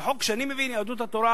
אני מבין שיהדות התורה,